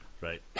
Right